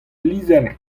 lizher